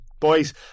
Boys